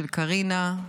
של קרינה,